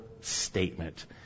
statement